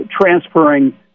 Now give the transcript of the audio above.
transferring